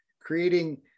creating